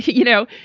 you know,